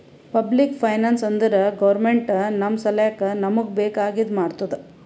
public finance ಅಂದುರ್ government ನಮ್ ಸಲ್ಯಾಕ್ ನಮೂಗ್ ಬೇಕ್ ಆಗಿದ ಮಾಡ್ತುದ್